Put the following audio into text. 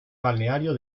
balneario